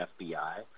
FBI